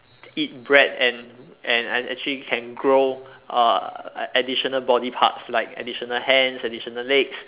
eat bread and and and actually can grow uh additional body parts like additional hands additional legs